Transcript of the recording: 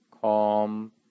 calm